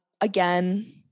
Again